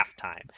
halftime